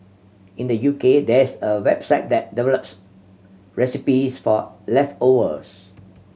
in the U K there's a website that develops recipes for leftovers